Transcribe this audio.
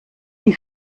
die